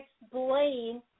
explain